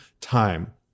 time